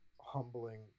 humbling